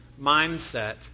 mindset